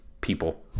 people